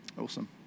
awesome